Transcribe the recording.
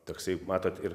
toksai matot ir